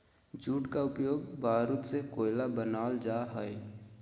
jute का उपयोग बारूद से कोयला बनाल जा हइ